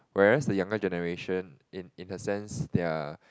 whereas the younger generation in in the sense they're